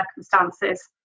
circumstances